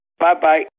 Bye-bye